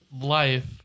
life